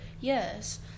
Yes